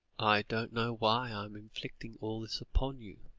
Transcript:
i don't know why i am inflicting all this upon you,